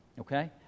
Okay